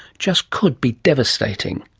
just could be devastating.